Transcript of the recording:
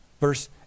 verse